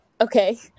Okay